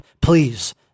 Please